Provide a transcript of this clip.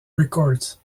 records